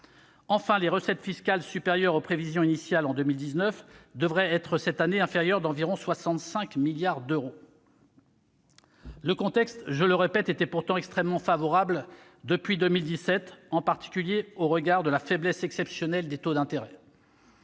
Enfin les recettes fiscales, supérieures aux prévisions initiales en 2019, devraient être, cette année, inférieures d'environ 65 milliards d'euros. Le contexte, je le répète, était pourtant extrêmement favorable depuis 2017, en particulier au regard de la faiblesse exceptionnelle des taux d'intérêt.